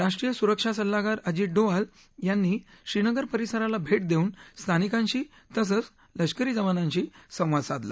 राष्ट्रीय सुरक्षा सल्लागार अजित डोवाल यांनी श्रीनगर परिसराला भेट देऊन स्थानिकांशी तसंच लष्करी जवानांशी संवाद साधला